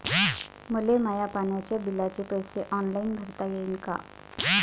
मले माया पाण्याच्या बिलाचे पैसे ऑनलाईन भरता येईन का?